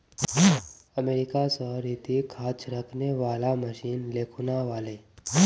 America स रितिक खाद छिड़कने वाला मशीन ले खूना व ले